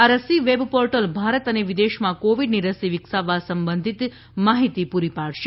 આ રસી web portal Bharat અને વિદેશમાં કોવિડની રસી વિકસાવવા સંબંધિત માહિતી પૂરી પાડશે